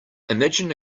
imagine